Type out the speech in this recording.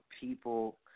people